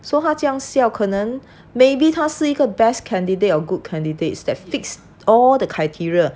so 他这样笑可能 maybe 他是一个 best candidate or good candidates that fit all the criteria